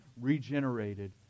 regenerated